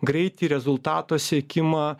greitį rezultato siekimą